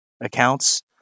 accounts